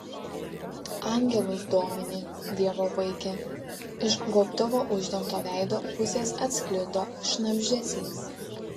angelus domini dievo vaike iš gobtuvu uždengto veido pusės atsklido šnabždesys